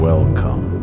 Welcome